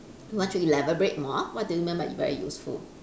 won't you elaborate more what do you mean by it very useful